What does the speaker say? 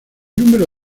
número